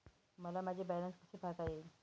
मला माझे बॅलन्स कसे पाहता येईल?